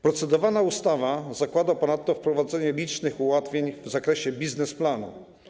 Procedowana ustawa zakłada ponadto wprowadzenie licznych ułatwień w zakresie biznesplanu.